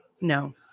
No